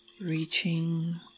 reaching